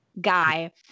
guy